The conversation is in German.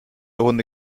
runde